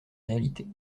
réalités